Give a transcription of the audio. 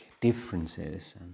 differences